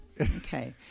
Okay